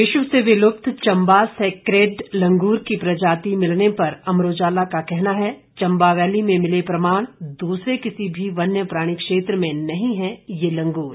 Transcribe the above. विश्व से विलुप्त चंबा सेकेड लंगूर की प्रजाति मिलने पर अमर उजाला का कहना है चंबा वैली में मिले प्रमाण दूसरे किसी भी वन्य प्राणी क्षेत्र में नहीं हैं ये लंगूर